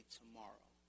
tomorrow